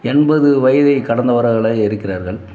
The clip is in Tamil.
எண்பது வயதை கடந்தவர்களாக இருக்கிறார்கள்